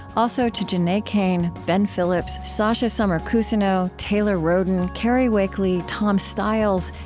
also to jena cane, ben phillips, sasha summer cousineau, taelore rhoden, cary wakeley, tom stiles,